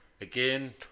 again